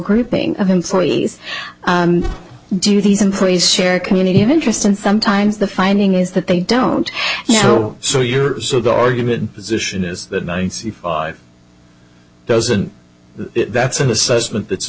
grouping of employees do these employees share a community of interest and sometimes the finding is that they don't know so you're so the argument position is that ninety five doesn't that's an assessment that